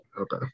Okay